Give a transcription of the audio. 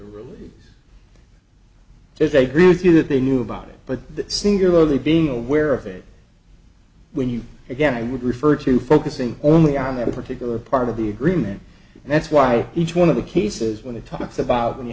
really is a reality that they knew about it but that singularly being aware of it when you again i would refer to focusing only on that particular part of the agreement and that's why each one of the cases when it talks about when you